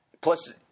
Plus